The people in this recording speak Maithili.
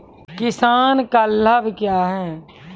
किसान क्लब क्या हैं?